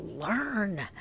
learn